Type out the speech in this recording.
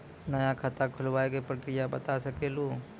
नया खाता खुलवाए के प्रक्रिया बता सके लू?